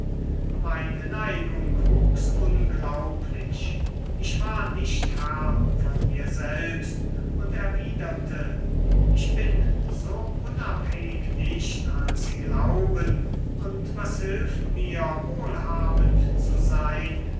meine neigung wuchs unglaublich ich war nicht herr von mir selbst und erwiderte ich bin so unabhängig nicht als sie glauben und was hilft mir wohlhabend zu sein